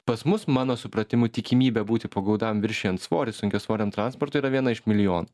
pas mus mano supratimu tikimybė būti pagautam viršijant svorį sunkiasvoriam transportui yra viena iš milijono